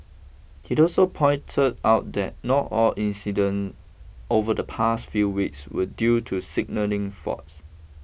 he also pointed out that not all incident over the past few weeks were due to signalling faults